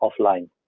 offline